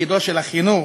תפקידו של החינוך,